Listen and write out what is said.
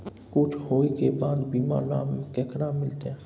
कुछ होय के बाद बीमा लाभ केकरा मिलते?